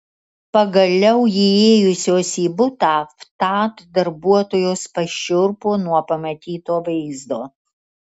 pagaliau įėjusios į butą vtat darbuotojos pašiurpo nuo pamatyto vaizdo